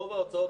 רוב ההוצאות,